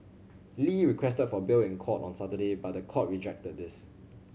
Lee requested for bail in court on Saturday but the court rejected this